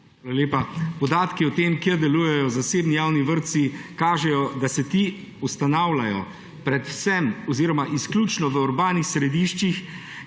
Hvala lepa. Podatki o tem, kje delujejo zasebni javni vrtci, kažejo, da se ti ustanavljajo predvsem oziroma izključno v urbanih središčih,